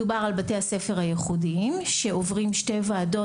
מדובר על בתי הספר הייחודיים שעוברים שתי ועדות